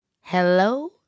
hello